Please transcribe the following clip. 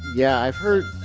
yeah, i've heard